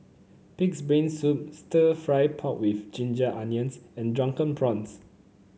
pig's brain soup stir fry pork with Ginger Onions and Drunken Prawns